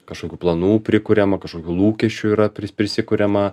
kažkokių planų prikuriama kažkokių lūkesčių yra pri prisikuriama